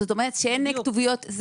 זאת אומרת שאין כתוביות.